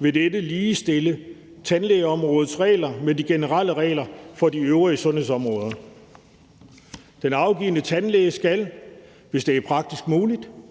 vil dette ligestille tandlægeområdets regler med de generelle regler for de øvrige sundhedsområder. Den afgivende tandlæge skal, hvis det er praktisk muligt,